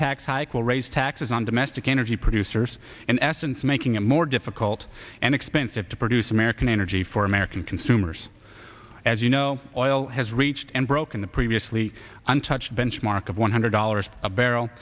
tax hike will raise taxes on domestic energy producers in essence making it more difficult and expensive to produce american energy for american consumers as you know oil has reached and broken the previously untouched benchmark of one hundred dollars a barrel